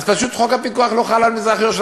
פשוט חוק הפיקוח לא חל על מזרח-ירושלים,